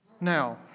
Now